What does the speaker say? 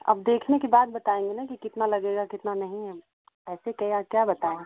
अब देखने के बाद बताएँगे ना कि कितना लगेगा कितना नहीं ऐसे के क्या बताएँ